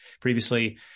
previously